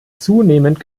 zunehmend